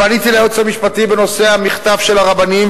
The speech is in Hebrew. פניתי ליועץ המשפטי בנושא מכתב הרבנים,